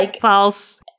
False